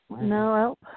No